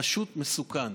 פשוט מסוכן.